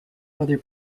other